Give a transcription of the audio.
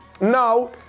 Now